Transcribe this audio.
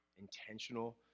intentional